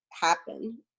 happen